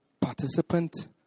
participant